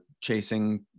chasing